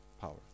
power